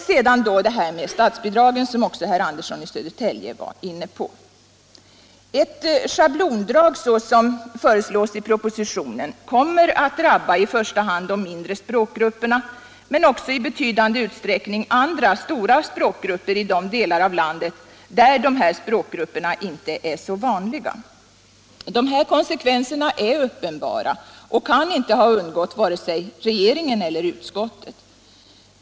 Sedan till statsbidragen, som herr Andersson i Södertälje också var inne på! Ett schablonbidrag sådant som det som föreslås i propositionen kommer att drabba i första hand de mindre språkgrupperna men också i betydande utsträckning stora språkgrupper i de delar av landet där dessa språkgrupper inte är så vanliga. De konsekvenserna är uppenbara och kan inte ha undgått vare sig regeringen eller utskottet.